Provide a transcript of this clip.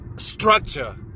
structure